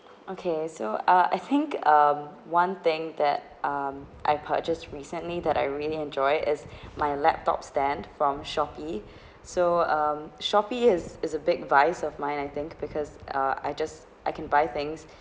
okay so uh I think um one thing that um I purchased recently that I really enjoy it is my laptop stand from Shopee so um Shopee is is a big vice of mine I think because uh I just I can buy things